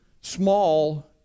small